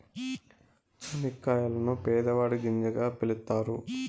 చనిక్కాయలను పేదవాడి గింజగా పిలుత్తారు